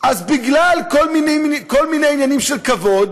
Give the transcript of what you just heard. אז בגלל כל מיני עניינים של כבוד,